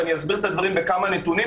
אני אסביר את הדברים בכמה נתונים,